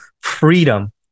freedom